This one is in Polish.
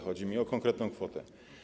Chodzi mi o konkretną kwotę.